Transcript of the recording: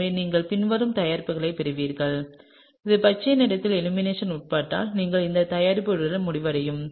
எனவே நீங்கள் பின்வரும் தயாரிப்பைப் பெறுவீர்கள் இது பச்சை நிறத்தை எலிமினேஷன் உட்பட்டால் நீங்கள் இந்த தயாரிப்புடன் முடிவடையும்